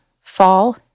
fall